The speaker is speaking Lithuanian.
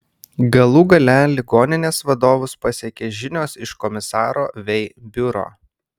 galų gale ligoninės vadovus pasiekė žinios iš komisaro vei biuro